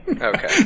Okay